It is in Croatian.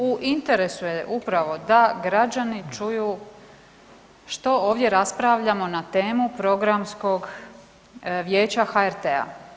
U interesu je upravo da građani čuju što ovdje raspravljamo na temu Programskog vijeća HRT-a.